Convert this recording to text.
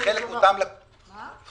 זה חלק מאותם --- רגע,